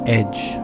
edge